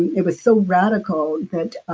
and it was so radical that